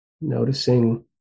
noticing